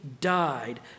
died